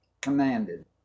commanded